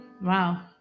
Wow